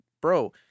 bro